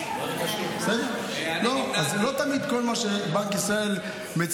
מה זה קשור?